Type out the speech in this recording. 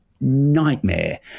nightmare